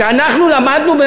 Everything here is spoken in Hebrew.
שאנחנו למדנו,